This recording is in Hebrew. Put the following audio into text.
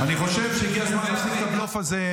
בזה אתה מתעסק --- אני חושב שהגיע הזמן להפסיק את הבלוף הזה.